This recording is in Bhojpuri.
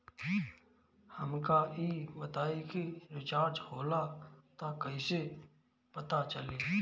हमका ई बताई कि रिचार्ज होला त कईसे पता चली?